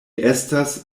estas